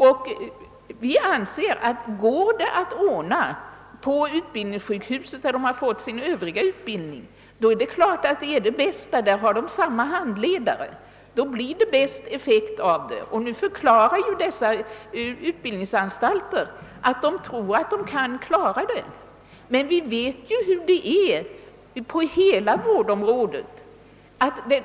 Går det att förlägga denna tjänstgöring till det utbildningssjukhus, där de har fått sin ordinarie utbildning, anser vi givetvis att det är det bästa. Där har de samma handledare. Då får tjänstgöringen den bästa effekten. Nu förklarar dessa utbildningsanstalter, att de tror att de kan klara denna verksamhet. Vi vet dock hur det är på hela vårdområdet. Den